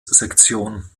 sektion